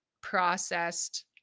processed